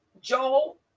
Joel